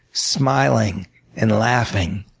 smiling and laughing.